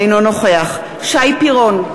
אינו נוכח שי פירון,